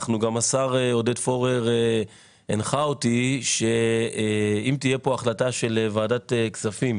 גם השר עודד פורר הנחה אותי שאם תהיה פה החלטה של ועדת כספים